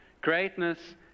Greatness